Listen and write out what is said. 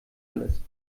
alles